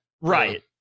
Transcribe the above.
Right